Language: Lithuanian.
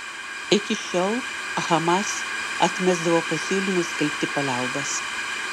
iki šiol hamas atmesdavo pasiūlymus skelbti paliaubas